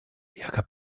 jaka